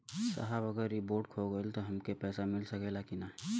साहब अगर इ बोडखो गईलतऽ हमके पैसा मिल सकेला की ना?